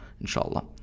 inshallah